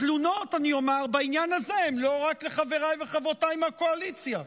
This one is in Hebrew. התלונות בעניין הזה הן לא רק לחבריי וחברותיי מהקואליציה.